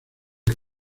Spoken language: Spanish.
del